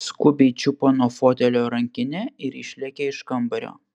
skubiai čiupo nuo fotelio rankinę ir išlėkė iš kambario